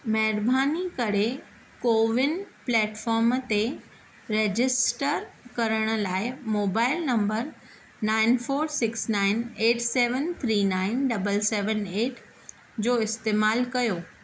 महिरबानी करे CoWIN platform ते रजिस्टर करण लाइ mobile number nine four six nine eight seven three nine double seven eight जो इस्तेमालु कयो